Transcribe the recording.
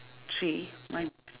three mine